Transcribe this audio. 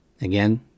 Again